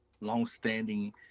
longstanding